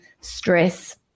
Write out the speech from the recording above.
stress